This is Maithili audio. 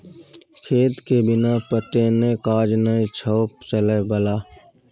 खेतके बिना पटेने काज नै छौ चलय बला